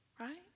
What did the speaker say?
Right